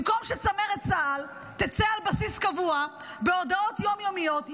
במקום שצמרת צה"ל תצא על בסיס קבוע בהודעות יום-יומיות,